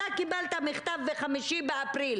קיבלת מכתב ב-5 באפריל